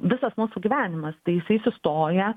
visas mūsų gyvenimas tai jisai sustoja